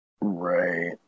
Right